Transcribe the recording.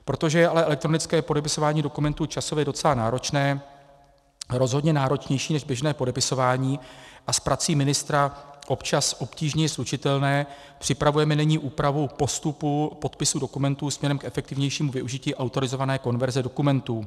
Protože je ale elektronické podepisování dokumentů časově docela náročné, rozhodně náročnější než běžné podepisování a s prací ministra občas obtížně slučitelné, připravujeme nyní úpravu postupu podpisu dokumentů směrem k efektivnějšímu využití autorizované konverze dokumentů.